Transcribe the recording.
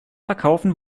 verkaufen